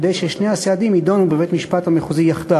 כדי ששני הסעדים יידונו בבית-המשפט המחוזי יחדיו.